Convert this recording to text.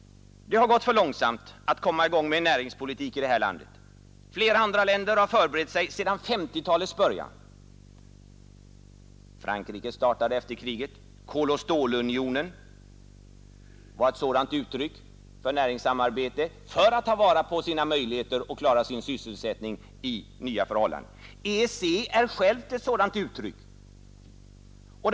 Det har gått för långsamt att komma i gång med en näringspolitik i det här landet. Flera andra länder har förberett sig sedan 1950-talet. Frankrike startade efter kriget. Koloch stålunionen var uttryck för ett sådant näringssamarbete för att klara sysselsättningen i nya förhållanden. EEC är också uttryck för sådana strävanden.